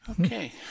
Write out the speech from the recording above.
Okay